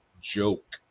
joke